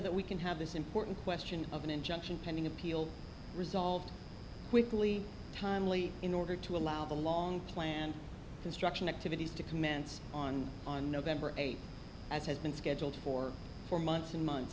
that we can have this important question of an injunction pending appeal resolved quickly timely in order to allow the long planned construction activities to commence on on november eighth as has been scheduled for four months and months